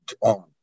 on